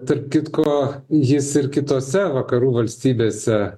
tarp kitko jis ir kitose vakarų valstybėse